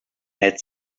had